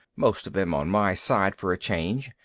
most of them on my side for a change,